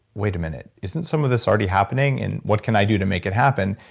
wait a minute. isn't some of this already happening and what can i do to make it happen?